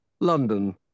London